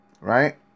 right